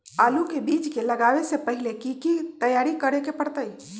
आलू के बीज के लगाबे से पहिले की की तैयारी करे के परतई?